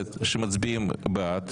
תצביעי בפעם הבאה.